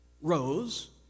rose